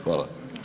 Hvala.